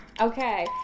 Okay